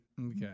okay